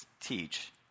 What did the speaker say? teach